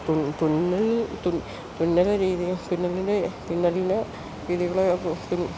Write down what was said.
തുന്നൽ തുന്നലിന്റെ രീതികളൊട്ടും